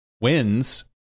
wins